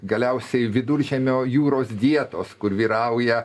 galiausiai viduržemio jūros dietos kur vyrauja